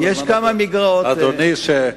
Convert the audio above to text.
אדוני.